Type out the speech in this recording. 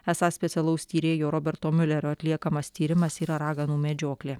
esą specialaus tyrėjo roberto miulerio atliekamas tyrimas yra raganų medžioklė